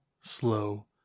slow